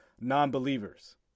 non-believers